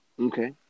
Okay